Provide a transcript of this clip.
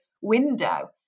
window